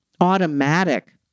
automatic